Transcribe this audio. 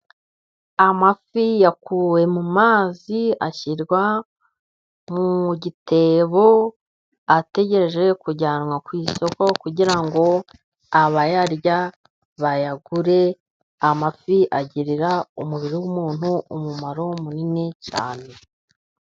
Amafi yakuwe mu mazi, ashyirwa mu gitebo, ategereje kujyanwa ku isoko, kugira ngo abayarya bayagure. Amafi agirira umubiri w'umuntu umumaro munini cyane.